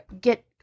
get